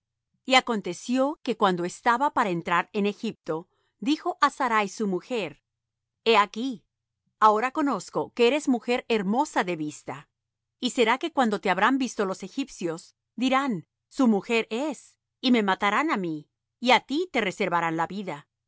y aconteció que cuando estaba para entrar en egipto dijo á sarai su mujer he aquí ahora conozco que eres mujer hermosa de vista y será que cuando te habrán visto los egipcios dirán su mujer es y me matarán á mí y á ti te reservarán la vida